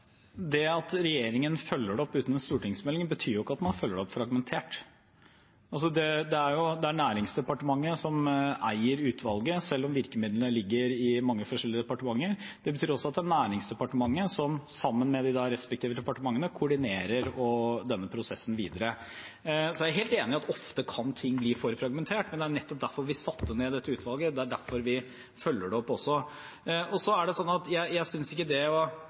Det at regjeringen følger det opp uten en stortingsmelding, betyr jo ikke at man følger det opp fragmentert. Det er Næringsdepartementet som eier utvalget, selv om virkemidlene ligger i mange forskjellige departementer. Det betyr også at det er Næringsdepartementet som sammen med de respektive departementene koordinerer denne prosessen videre. Jeg er helt enig i at ting ofte kan bli for fragmentert, men det er nettopp derfor vi satte ned dette utvalget, og det er derfor vi følger det opp også. Noen ganger er det riktig å ha en stortingsmelding, men i dette tilfellet mener jeg en stortingsmelding ikke er nødvendig. Det